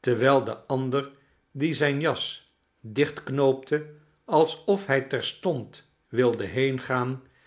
terwijl de ander die zijn jas dichtknoopte alsof hij terstond wilde heengaan